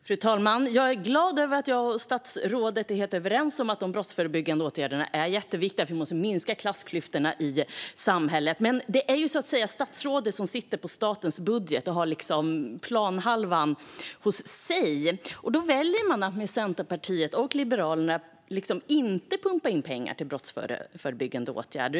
Fru talman! Jag är glad över att statsrådet och jag är helt överens om att de brottsförebyggande åtgärderna är jätteviktiga, för vi måste minska klassklyftorna i samhället. Men det är ju statsrådet som så att säga sitter på statens budget och har planhalvan hos sig, och då väljer man att med Centerpartiet och Liberalerna inte pumpa in pengar till brottsförebyggande åtgärder.